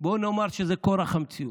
נאמר שזה כורח המציאות,